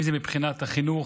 אם זה מבחינת החינוך.